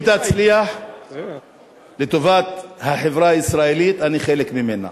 אם תצליח, לטובת החברה הישראלית, אני חלק ממנה.